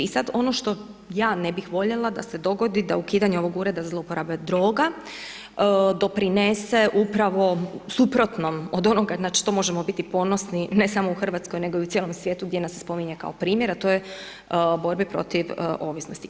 I sada ono što ja ne bih voljela, da se dogodi, da ukidanje ovog Ureda za zloporabu droga doprinese upravo suprotnom od onoga što možemo biti ponosni, ne samo u Hrvatskoj, nego u cijelom svijetu, gdje nas se spominje kao primjer, a to je u borbi protiv ovisnosti.